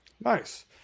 Nice